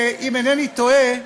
אם אינני טועה,